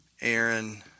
Aaron